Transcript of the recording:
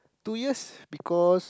two years because